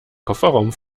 kofferraum